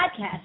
podcast